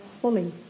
fully